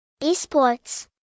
Esports